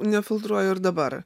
nefiltruoju ir dabar